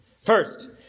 First